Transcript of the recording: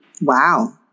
Wow